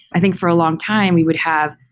i think for a long time we would have